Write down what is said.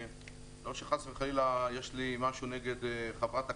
לא שחס וחלילה יש לי משהו נגד חברת הכנסת,